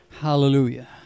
Hallelujah